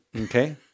Okay